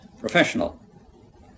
professional